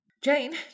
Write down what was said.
Jane